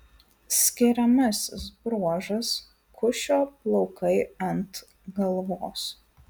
skiriamasis bruožas kušio plaukai ant galvos